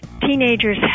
teenagers